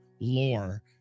lore